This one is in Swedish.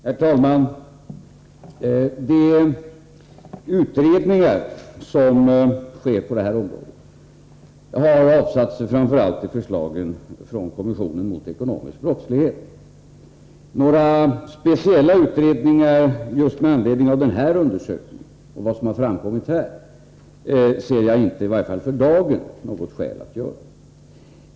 Herr talman! De utredningar som skett på detta område har framför allt resulterat i förslagen från kommissionen mot ekonomisk brottslighet. Några speciella utredningar just med anledning av denna undersökning och vad som 11 där har framkommit ser jag i varje fall för dagen inte något skäl att göra.